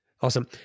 Awesome